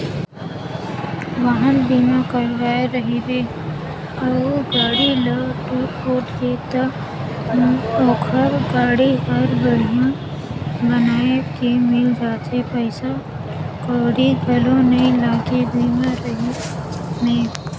वाहन बीमा कराए रहिबे अउ गाड़ी ल टूट फूट गे त ओखर गाड़ी हर बड़िहा बनाये के मिल जाथे पइसा कउड़ी घलो नइ लागे बीमा रहें में